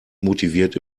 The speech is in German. motiviert